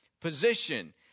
position